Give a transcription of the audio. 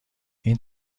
این